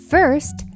First